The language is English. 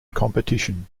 competition